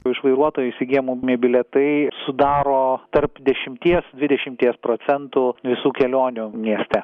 iš vairuotojo įsigyjami bilietai sudaro tarp dešimties dvidešimties procentų visų kelionių mieste